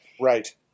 Right